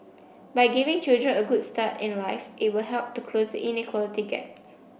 by giving children a good start in life it will help to close the inequality gap